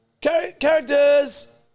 Characters